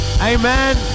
Amen